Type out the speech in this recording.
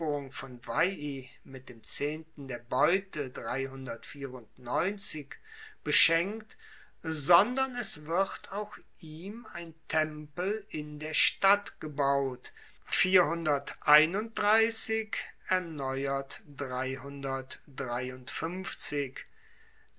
von veii mit dem zehnten der beute beschenkt sondern es wird auch ihm ein tempelinder stadt gebaut erneuert